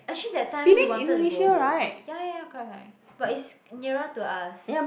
actually that time we wanted to go ya ya correct correct but it's nearer to us